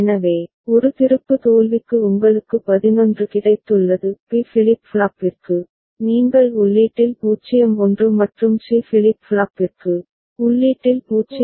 எனவே ஒரு திருப்பு தோல்விக்கு உங்களுக்கு 11 கிடைத்துள்ளது பி ஃபிளிப் ஃப்ளாப்பிற்கு நீங்கள் உள்ளீட்டில் 0 1 மற்றும் சி ஃபிளிப் ஃப்ளாப்பிற்கு உள்ளீட்டில் 0 1 கிடைத்துவிட்டது சரி